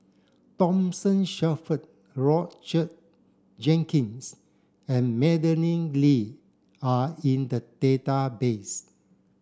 Thomas Shelford Roger Jenkins and Madeleine Lee are in the database